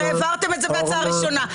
הרי העברתם את זה בהצעה הראשונה.